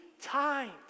times